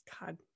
god